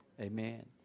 Amen